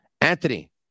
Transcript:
Anthony